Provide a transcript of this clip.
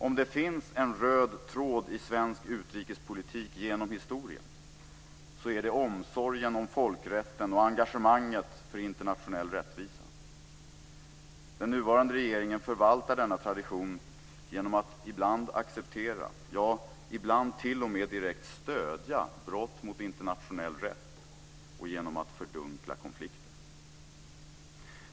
Om det finns en röd tråd i svensk utrikespolitik genom historien är det omsorgen om folkrätten och engagemanget för internationell rättvisa. Den nuvarande regeringen förvaltar denna tradition genom att ibland acceptera, ja, ibland t.o.m. direkt stödja, brott mot internationell rätt och genom att fördunkla konflikter.